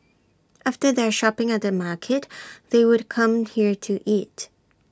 after their shopping at the market they would come here to eat